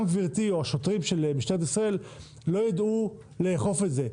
גם גברתי או השוטרים של משטרת ישראל לא ידעו לאכוף את זה.